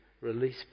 release